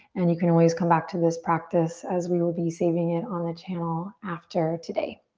and you can always come back to this practice as we will be saving it on the channel after today.